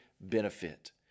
benefit